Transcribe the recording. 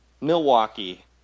Milwaukee